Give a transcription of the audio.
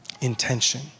intention